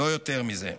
לא יותר מזה.